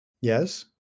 Yes